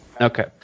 Okay